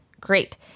Great